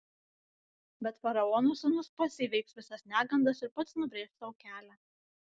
bet faraono sūnus pats įveiks visas negandas ir pats nubrėš sau kelią